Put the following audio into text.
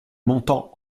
montants